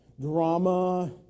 drama